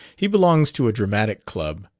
he belongs to a dramatic club.